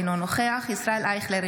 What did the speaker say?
אינו נוכח ישראל אייכלר,